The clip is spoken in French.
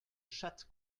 chatte